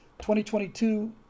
2022